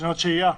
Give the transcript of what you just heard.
רישיונות שהייה.